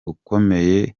ukomeye